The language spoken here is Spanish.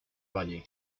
valle